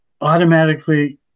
automatically